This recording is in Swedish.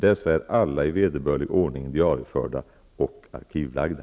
Dessa är alla i vederbörlig ordning diarieförda och arkivlagda.